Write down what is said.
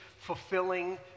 fulfilling